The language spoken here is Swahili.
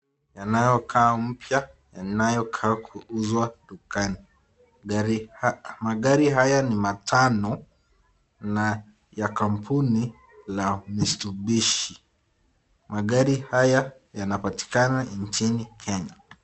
Yanayo kaa mpya, yanayo kaa kuuzwa dukani. Gari ha, magari haya ni matano na ya kampuni la Mitsubishi. Magari haya yanapatikana nchini Kenya.